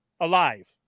alive